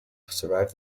survive